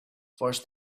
first